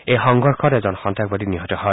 এই সংঘৰ্যত এজন সন্তাসবাদী নিহত হয়